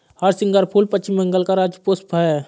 हरसिंगार फूल पश्चिम बंगाल का राज्य पुष्प है